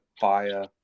fire